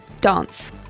dance